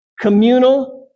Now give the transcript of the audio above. communal